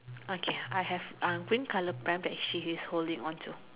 okay I have uh green colour pram that she is holding onto